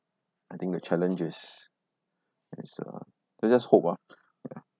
I think the challenge is is uh let's just hope ah yeah